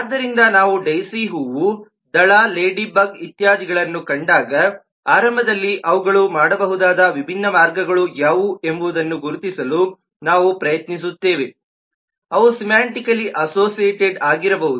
ಆದ್ದರಿಂದ ನಾವು ಡೈಸಿ ಹೂವು ದಳ ಲೇಡಿಬಗ್ ಇತ್ಯಾದಿಗಳನ್ನು ಕಂಡಾಗ ಆರಂಭದಲ್ಲಿ ಅವುಗಳು ಮಾಡಬಹುದಾದ ವಿಭಿನ್ನ ಮಾರ್ಗಗಳು ಯಾವುವು ಎಂಬುದನ್ನು ಗುರುತಿಸಲು ನಾವು ಪ್ರಯತ್ನಿಸುತ್ತೇವೆ ಅವು ಸಿಮಾಂಟಿಕಲಿ ಅಸೋಸಿಯೇಟೆಡ್ ಆಗಿರಬಹುದು